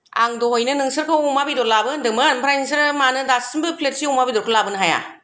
आं दहैनो नोंसोरखौ अमा बेदर लाबो होनदोंमोन ओमफ्राय नोंसोरो मानो दासिमबो प्लेतसे अमा बेदरखौनो लाबोनो हाया